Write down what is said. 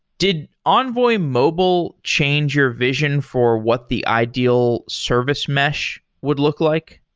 did envoy mobile change your vision for what the ideal service mesh would look like?